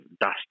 dust